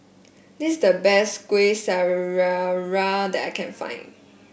this is the best Kuih Syara that I can find